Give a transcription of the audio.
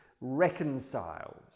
reconciles